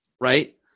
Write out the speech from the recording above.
right